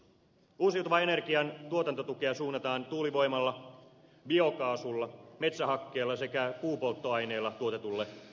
uusiutuvan energian tuotantotukea suunnataan tuulivoimalla biokaasulla metsähakkeella sekä puupolttoaineella tuotetulle sähkölle